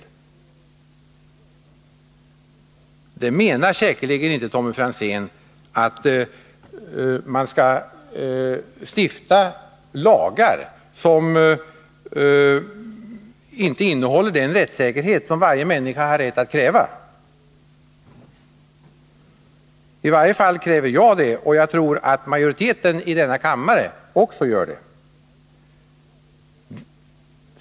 Och Tommy Franzén menar säkerligen inte att man skall stifta lagar som inte garanterar den rättssäkerhet som varje människa har rätt att kräva. I varje fall vill inte jag det, och jag tror att majoriteten i denna kammare delar min uppfattning.